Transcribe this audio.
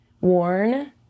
worn